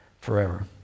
forever